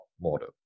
model